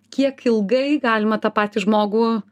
kiek ilgai galima tą patį žmogų